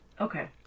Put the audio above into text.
Okay